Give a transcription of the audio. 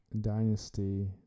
dynasty